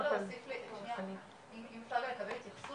אם אפשר לקבל עדכון